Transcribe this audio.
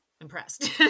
impressed